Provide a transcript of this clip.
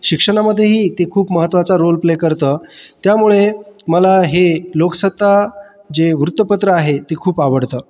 शिक्षणामध्येही ते खूप महत्त्वाचा रोल प्ले करतं त्यामुळे मला हे लोकसत्ता जे वृत्तपत्र आहे ते खूप आवडतं